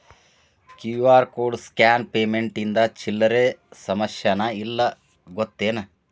QR code scan payment ಇಂದ ಚಿಲ್ಲರ್ ಸಮಸ್ಯಾನ ಇಲ್ಲ ಗೊತ್ತೇನ್?